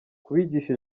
kubigisha